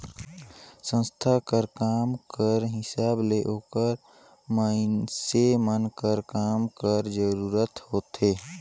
संस्था कर काम कर हिसाब ले ओकर मइनसे मन कर काम कर जरूरत होथे